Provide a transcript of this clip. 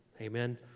Amen